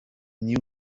knew